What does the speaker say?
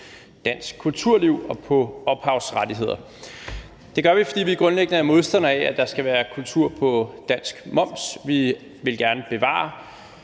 dansk kulturliv og på ophavsrettigheder. Det gør vi, fordi vi grundlæggende er modstandere af, at der skal være moms på dansk kultur. Vi vil gerne bevare